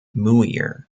muir